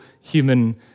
human